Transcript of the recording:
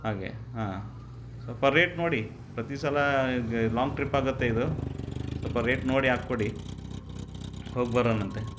ಹಾಗೆ ಹಾಂ ಸ್ವಲ್ಪ ರೇಟ್ ನೋಡಿ ಪ್ರತಿ ಸಲ ಗ್ ಲಾಂಗ್ ಟ್ರಿಪ್ ಆಗುತ್ತೆ ಇದು ಸ್ವಲ್ಪ ರೇಟ್ ನೋಡಿ ಹಾಕಿಕೊಡಿ ಹೋಗಿಬರೋಣಾಂತೆ